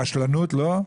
ורשלנות לא?